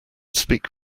speak